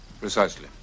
Precisely